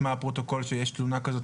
כלומר מה הפרוטוקול כשיש תלונה כזאת?